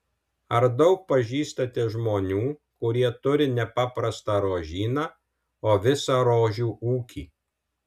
ar daug pažįstate žmonių kurie turi ne paprastą rožyną o visą rožių ūkį